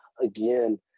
again